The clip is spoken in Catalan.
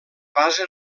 base